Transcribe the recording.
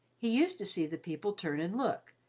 he used to see the people turn and look,